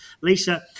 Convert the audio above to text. Lisa